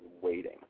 waiting